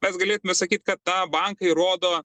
mes galėtume sakyt kad tą bankai rodo